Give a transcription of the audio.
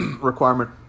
requirement